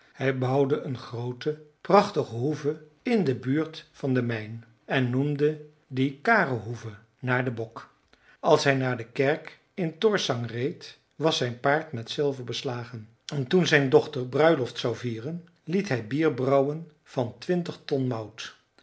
hij bouwde een groote prachtige hoeve in de buurt van de mijn en noemde die kare hoeve naar den bok als hij naar de kerk in torsang reed was zijn paard met zilver beslagen en toen zijn dochter bruiloft zou vieren liet hij bier brouwen van twintig ton mout